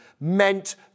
meant